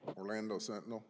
orlando sentinel